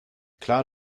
klar